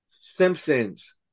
Simpsons